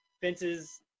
fences